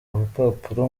urupapuro